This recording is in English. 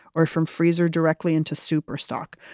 or from freezer directly into soup or stock.